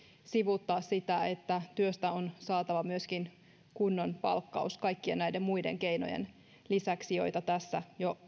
sivuuttaa sitä että työstä on saatava myöskin kunnon palkka kaikkien näiden muiden keinojen lisäksi joita tässä jo